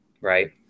right